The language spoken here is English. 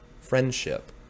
friendship